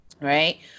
Right